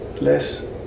less